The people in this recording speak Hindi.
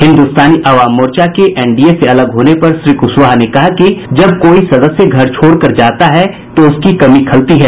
हिन्दुस्तानी अवाम मोर्चा के एनडीए से अलग होने पर श्री कुशवाहा ने कहा कि जब कोई सदस्य घर छोड़ कर जाता है तो उसकी कमी खलती है